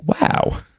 Wow